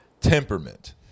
temperament